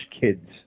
kids